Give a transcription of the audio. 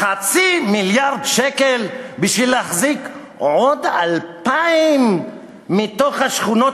חצי מיליארד שקל בשביל להחזיק עוד 2,000 מתוך השכונות,